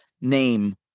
name